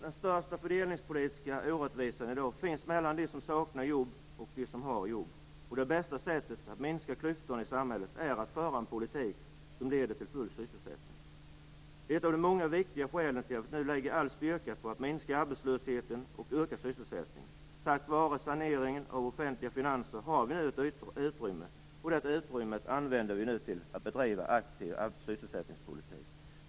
Den största fördelningspolitiska orättvisan i dag finns mellan dem som saknar jobb och dem som har jobb. Det bästa sättet att minska klyftorna i samhället är att föra en politik som leder till full sysselsättning. Det är ett av många viktiga skäl till att vi nu lägger all styrka på att minska arbetslösheten och öka sysselsättningen. Tack vare saneringen av de offentliga finanserna har vi nu ett utrymme, och det utrymmet använder vi nu till att bedriva en aktiv sysselsättningspolitik.